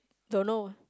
don't know